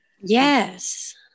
Yes